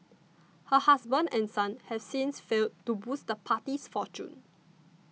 her husband and son have since failed to boost the party's fortunes